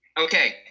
Okay